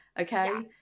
okay